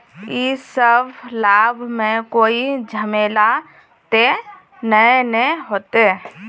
इ सब लाभ में कोई झमेला ते नय ने होते?